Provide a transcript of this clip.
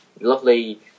lovely